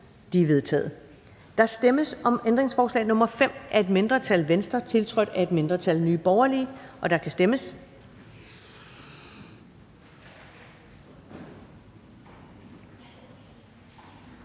De er vedtaget. Der stemmes om ændringsforslag nr. 3 af et mindretal (V), tiltrådt af et mindretal (KF og NB), og der kan stemmes.